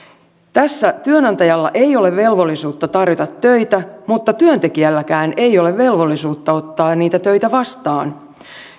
tässä työnantajalla ei ole velvollisuutta tarjota töitä mutta työntekijälläkään ei ole velvollisuutta ottaa niitä töitä vastaan